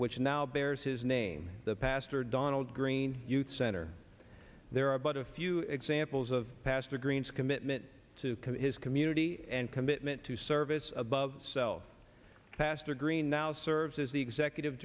which now bears his name the pastor donald green youth center there are but a few examples of pastor green's commitment to his community and commitment to service above self pastor green now serves as the executive